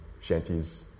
shanties